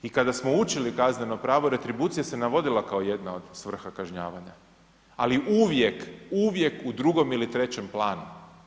I kada smo učili kazneno pravo retribucija se navodila kao jedna od svrha kažnjavanja, ali uvijek, uvijek u drugom ili trećem planu.